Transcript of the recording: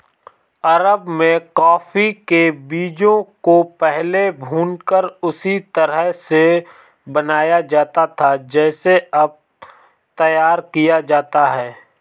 अरब में कॉफी के बीजों को पहले भूनकर उसी तरह से बनाया जाता था जैसे अब तैयार किया जाता है